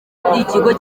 ikigo